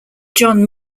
john